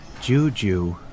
juju